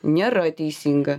nėra teisinga